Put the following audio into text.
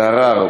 אלהרר,